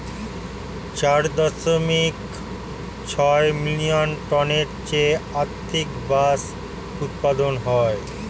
চার দশমিক ছয় মিলিয়ন টনের চেয়ে অধিক বাঁশ উৎপাদন হয়